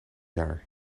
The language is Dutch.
jaar